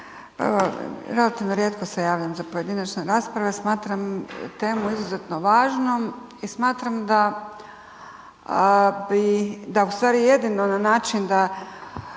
Relativno rijetko se javljam za pojedinačne rasprave. Smatram temu izuzetno važnom i smatram da bi, da ustvari jedino na način da